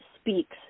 speaks